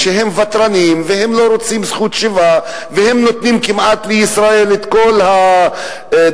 ותרנים והם לא רוצים זכות שיבה והם נותנים לישראל כמעט את כל הדרישות,